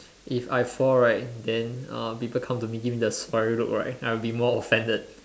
if I fall right then uh people come to me give me the sorry look right I would be more offended